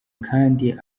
kandi